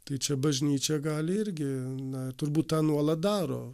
tai čia bažnyčia gali irgi na turbūt tą nuolat daro